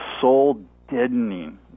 soul-deadening